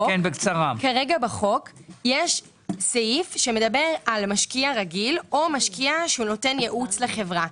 כרגע בחוק יש סעיף שמדבר על משקיע רגיל או משקיע שנותן ייעוץ לחברה.